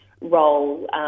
role